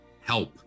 help